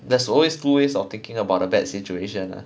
there's always two ways of thinking about the bad situation lah